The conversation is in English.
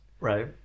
right